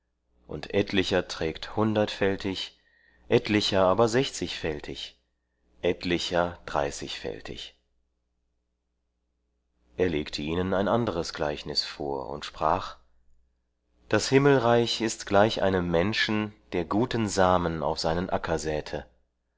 und etlicher trägt hundertfältig etlicher aber sechzigfältig etlicher dreißigfältig er legte ihnen ein anderes gleichnis vor und sprach das himmelreich ist gleich einem menschen der guten samen auf seinen acker säte